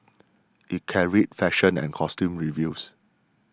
it carried fashion and costume reviews